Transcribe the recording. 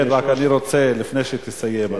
לפני שתסיים,